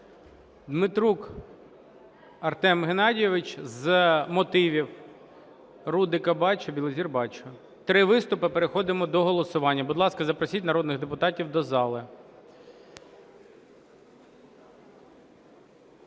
Дмитрук Артем Геннадійович з мотивів. Рудика бачу. Білозір бачу. Три виступи і переходимо до голосування. Будь ласка, запросіть народних депутатів до зали.